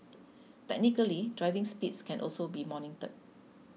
technically driving speeds can also be monitored